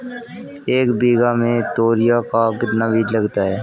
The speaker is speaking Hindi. एक बीघा में तोरियां का कितना बीज लगता है?